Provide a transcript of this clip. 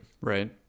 Right